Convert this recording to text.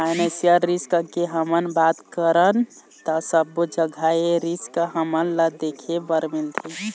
financial risk के हमन बात करन ता सब्बो जघा ए रिस्क हमन ल देखे बर मिलथे